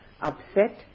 upset